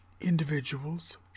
individuals